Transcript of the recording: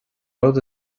rud